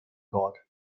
god